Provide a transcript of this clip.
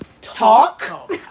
talk